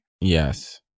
Yes